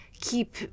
keep